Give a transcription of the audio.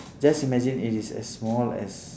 just imagine it is as small as